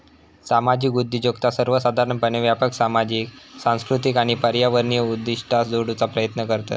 सामाजिक उद्योजकता सर्वोसाधारणपणे व्यापक सामाजिक, सांस्कृतिक आणि पर्यावरणीय उद्दिष्टा जोडूचा प्रयत्न करतत